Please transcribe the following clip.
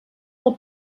del